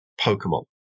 Pokemon